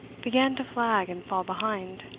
began to flag and fall behind,